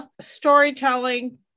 storytelling